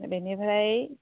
बेनिफ्राय